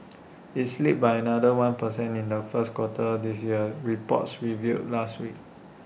IT slipped by another one per cent in the first quarter this year reports revealed last week